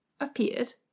appeared